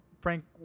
Frank